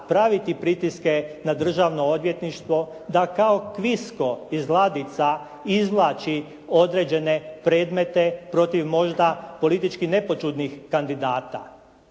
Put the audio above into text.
praviti pritiske na državno odvjetništvo da ka kvisko iz ladica izvlači određene predmete protiv možda politički nepoćudnih kandidata.